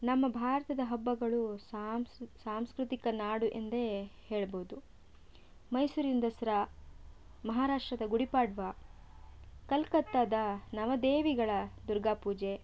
ನಮ್ಮ ಭಾರತದ ಹಬ್ಬಗಳು ಸಾಂಸ್ಕೃತಿಕ ನಾಡು ಎಂದೇ ಹೇಳ್ಬೋದು ಮೈಸೂರಿನ ದಸರಾ ಮಹಾರಾಷ್ಟ್ರದ ಗುಡಿಪಾಡ್ವ ಕಲ್ಕತ್ತಾದ ನವದೇವಿಗಳ ದುರ್ಗಾಪೂಜೆ